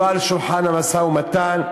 לא על שולחן המשא-ומתן,